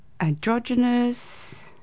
androgynous